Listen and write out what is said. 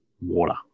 water